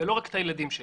ולא רק את הילדים שלי.